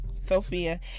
Sophia